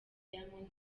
diamond